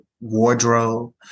wardrobe